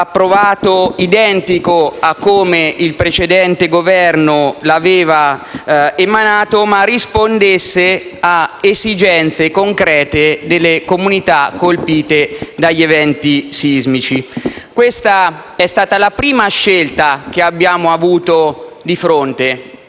approvato identico a quello emanato dal precedente Governo, ma che rispondesse a esigenze concrete delle comunità colpite dagli eventi sismici. Questa è stata la prima scelta che abbiamo avuto di fronte.